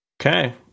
Okay